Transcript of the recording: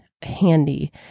handy